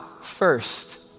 first